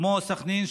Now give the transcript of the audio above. כמו סח'נין,